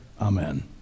Amen